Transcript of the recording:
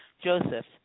Joseph